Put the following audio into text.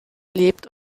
lebt